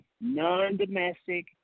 non-domestic